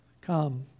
Come